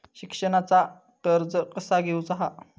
शिक्षणाचा कर्ज कसा घेऊचा हा?